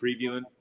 previewing